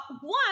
One